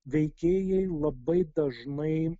veikėjai labai dažnai